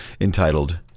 entitled